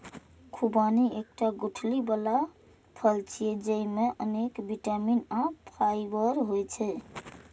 खुबानी एकटा गुठली बला फल छियै, जेइमे अनेक बिटामिन आ फाइबर होइ छै